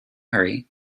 hurry